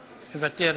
מוותרת.